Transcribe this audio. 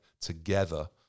together